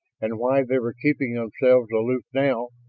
and why they were keeping themselves aloof now,